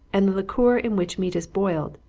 and the liquor in which meat is boiled,